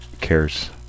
cares